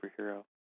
superhero